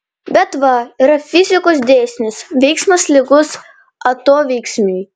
bet va yra fizikos dėsnis veiksmas lygus atoveiksmiui